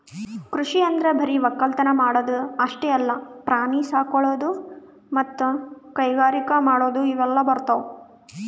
ಕೃಷಿ ಅಂದ್ರ ಬರಿ ವಕ್ಕಲತನ್ ಮಾಡದ್ ಅಷ್ಟೇ ಅಲ್ಲ ಪ್ರಾಣಿ ಸಾಕೊಳದು ಮತ್ತ್ ಕೈಗಾರಿಕ್ ಮಾಡದು ಇವೆಲ್ಲ ಬರ್ತವ್